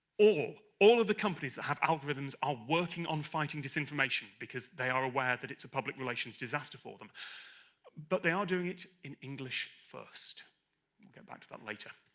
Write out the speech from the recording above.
all, all of the companies that have algorithms are working on fighting disinformation because they are aware that it's a public relations disaster for them but they are doing it in english first. i'll get back to that later